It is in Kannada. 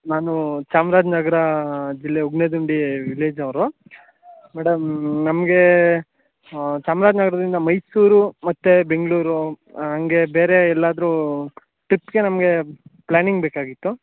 ನಾನು ಚಾಮ್ರಾಜ್ನಗರ ಜಿಲ್ಲೆ ಉಗನೇದುಂಡಿ ವಿಲೇಜ್ನವರು ಮೇಡಮ್ ನಮಗೆ ಚಾಮ್ರಾಜ್ನಗರದಿಂದ ಮೈಸೂರು ಮತ್ತು ಬೆಂಗಳೂರು ಹಂಗೆ ಬೇರೆ ಎಲ್ಲಾದರೂ ಟ್ರಿಪ್ಗೆ ನಮಗೆ ಪ್ಲಾನಿಂಗ್ ಬೇಕಾಗಿತ್ತು